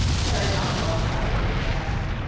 had i not lost sight of the facts,